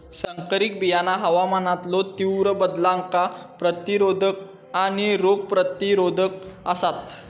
संकरित बियाणा हवामानातलो तीव्र बदलांका प्रतिरोधक आणि रोग प्रतिरोधक आसात